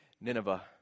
Nineveh